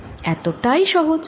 এতটাই সহজ